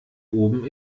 oben